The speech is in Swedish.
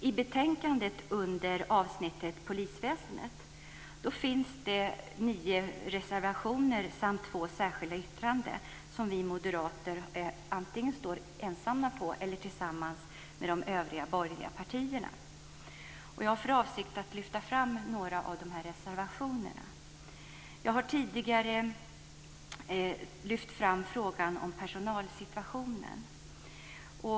I betänkandet, under avsnittet om polisväsendet, finns det nio reservationer samt ett särskilt yttrande som vi moderater antingen har ensamma eller tillsammans med de övriga borgerliga partierna. Jag har för avsikt att lyfta fram några av de här reservationerna. Jag har tidigare lyft fram frågan om personalsituationen.